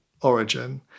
origin